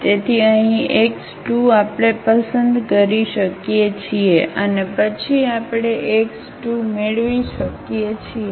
તેથી અહીં x2 આપણે પસંદ કરી શકીએ છીએ અને પછી આપણે x1 મેળવી શકીએ છીએ